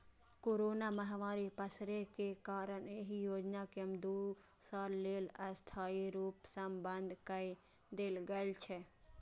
corona महामारी पसरै के कारण एहि योजना कें दू साल लेल अस्थायी रूप सं बंद कए देल गेल छै